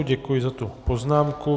Děkuji za tu poznámku.